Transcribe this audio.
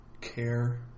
care